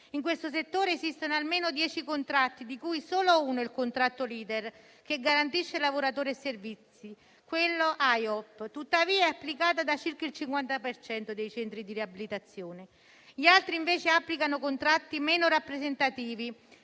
In questo settore esistono almeno dieci contratti, di cui solo uno è il contratto *leader*, che garantisce lavoratori e servizi - il contratto AIOP - che però, è applicato da circa il 50 per cento dei centri di riabilitazione. Gli altri applicano contratti meno rappresentativi,